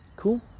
Cool